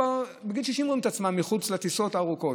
אבל הם כבר בגיל 60 רואים עצמם מחוץ לטיסות הארוכות.